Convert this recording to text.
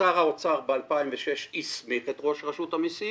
שר האוצר ב-2006 הסמיך את ראש רשות המסים